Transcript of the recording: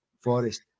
Forest